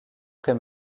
très